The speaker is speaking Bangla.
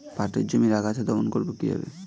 পাটের জমির আগাছা দমন করবো কিভাবে?